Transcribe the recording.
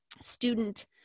student